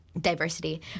diversity